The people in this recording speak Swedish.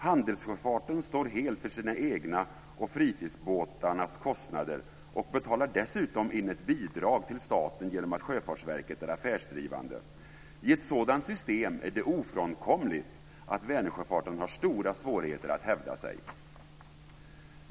Handelssjöfarten står helt för sina egna och fritidsbåtarnas kostnader och betalar dessutom in ett bidrag till staten genom att Sjöfartsverket är affärsdrivande. I ett sådant system är det ofrånkomligt att Vänersjöfarten har stora svårigheter att hävda sig.